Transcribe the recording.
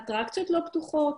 אבל האטרקציות לא פתוחות,